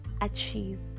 achieve